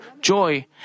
joy